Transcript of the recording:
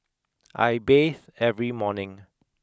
I bathe every morning